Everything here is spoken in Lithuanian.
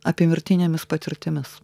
apymirtinėmis patirtimis